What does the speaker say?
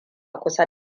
kusa